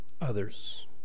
Others